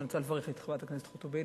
ואני רוצה לברך את חברת הכנסת חוטובלי,